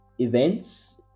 events